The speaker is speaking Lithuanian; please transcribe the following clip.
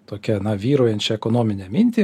tokią na vyraujančią ekonominę mintį